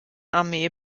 armee